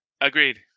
Agreed